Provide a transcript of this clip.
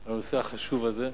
על הנושא החשוב הזה.